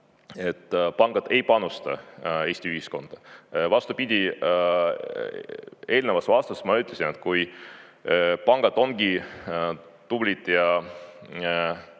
pangad ei panusta Eesti ühiskonda. Vastupidi, eelnevas vastuses ma ütlesin, et kui pangad ongi tublid ja tänu